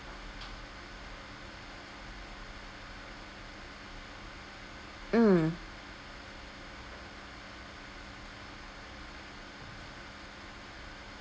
mm